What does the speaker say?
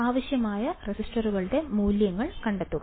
ആവശ്യമായ റെസിസ്റ്ററുകളുടെ മൂല്യങ്ങൾ കണ്ടെത്തുക